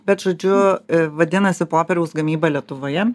bet žodžiu vadinasi popieriaus gamyba lietuvoje